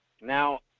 Now